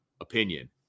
opinion